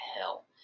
hell